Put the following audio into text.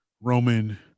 Roman